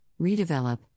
redevelop